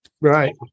Right